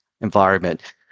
environment